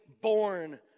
born